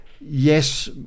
yes